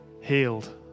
healed